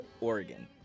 Oregon